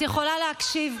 את יכולה להקשיב.